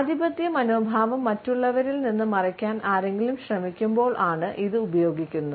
ആധിപത്യ മനോഭാവം മറ്റുള്ളവരിൽ നിന്ന് മറയ്ക്കാൻ ആരെങ്കിലും ശ്രമിക്കുമ്പോൾ ആണ് ഇത് ഉപയോഗിക്കുന്നത്